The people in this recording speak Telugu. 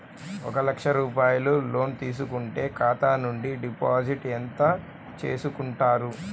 ఒక లక్ష రూపాయలు లోన్ తీసుకుంటే ఖాతా నుండి డిపాజిట్ ఎంత చేసుకుంటారు?